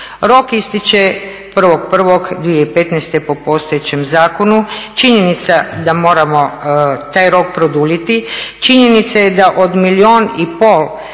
Rok ističe 1.1.2015. po postojećem zakonu. Činjenica da moramo taj rok produljiti, činjenica je da o milijun i pol